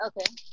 Okay